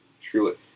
truly